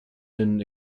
been